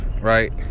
right